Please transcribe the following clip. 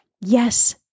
Yes